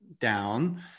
down